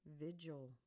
Vigil